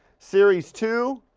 series two,